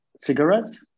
Cigarettes